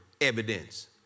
evidence